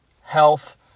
health